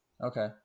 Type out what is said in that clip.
Okay